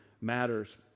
matters